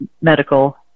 medical